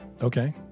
Okay